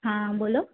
હા બોલો